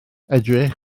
edrych